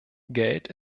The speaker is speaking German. geld